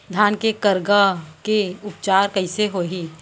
धान के करगा के उपचार कइसे होही?